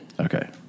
Okay